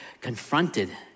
confronted